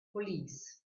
police